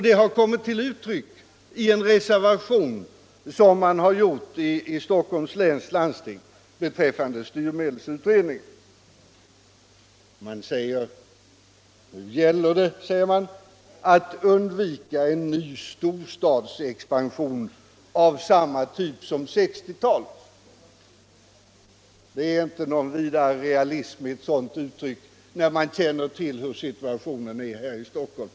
Det har kommit till uttryck i en reservation i Stockholms läns landsting rörande styrmedelsutredningen. Där säger man att nu gäller det att undvika en ny storstadsexpansion av samma typ som 1960-talets. Det är inte någon vidare realism med ett sådant uttryck, för den som känner till hurudan situationen är här i Stockholm.